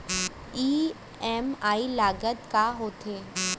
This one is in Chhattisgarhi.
ई.एम.आई लागत का होथे?